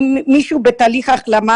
אם מישהו בתהליך החלמה,